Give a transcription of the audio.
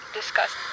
discuss